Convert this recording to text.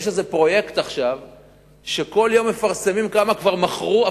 יש איזה פרויקט עכשיו שבכל יום מפרסמים כמה כבר מכרו.